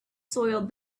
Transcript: soiled